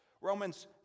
Romans